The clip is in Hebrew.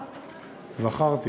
זכרתי.